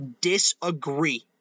disagree